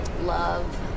love